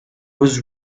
was